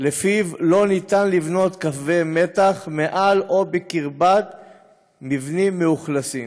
שלפיו לא ניתן לבנות קווי מתח מעל או בקרבת מבנים מאוכלסים.